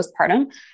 postpartum